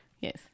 Yes